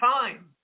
time